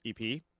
EP